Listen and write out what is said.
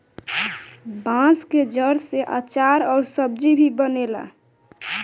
बांस के जड़ से आचार अउर सब्जी भी बनेला